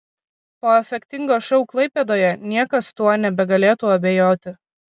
po efektingo šou klaipėdoje niekas tuo nebegalėtų abejoti